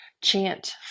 chant